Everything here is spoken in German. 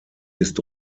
ist